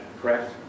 correct